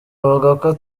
avuga